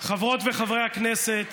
חברות וחברי הכנסת,